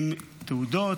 עם תעודות,